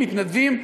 מתנדבים,